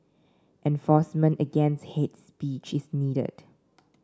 enforcement against hate speech is needed